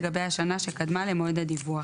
לגבי השנה שקדמה למועד הדיווח".